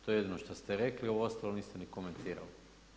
To je jedino što ste rekli, ovo ostalo niste ni komentirali.